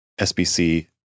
SBC